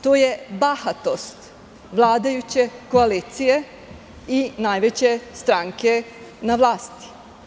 To je bahatost vladajuće koalicija i najveće stranke na vlasti.